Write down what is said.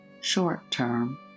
short-term